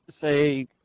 say